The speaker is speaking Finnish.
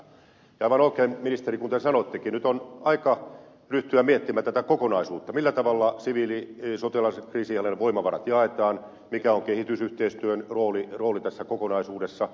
aivan oikein ministeri kuten sanoittekin nyt on aika ryhtyä miettimään tätä kokonaisuutta millä tavalla siviili ja sotilaskriisinhallinnan voimavarat jaetaan mikä on kehitysyhteistyön rooli tässä kokonaisuudessa